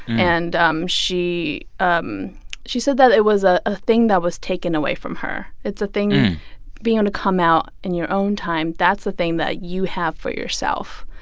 and um she um she said that it was a ah thing that was taken away from her. it's a thing being able to come out in your own time, that's the thing that you have for yourself.